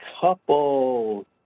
couple